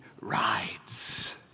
rides